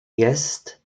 jest